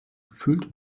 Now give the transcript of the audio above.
gefüllt